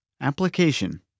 Application